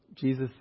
Jesus